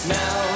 now